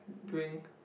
during